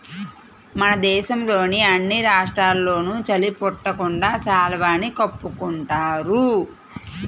మన దేశంలోని అన్ని రాష్ట్రాల్లోనూ చలి పుట్టకుండా శాలువాని కప్పుకుంటున్నారు